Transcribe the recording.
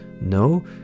No